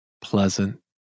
pleasant